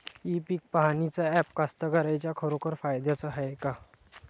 इ पीक पहानीचं ॲप कास्तकाराइच्या खरोखर फायद्याचं हाये का?